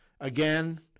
again